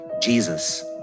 Jesus